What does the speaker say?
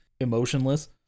emotionless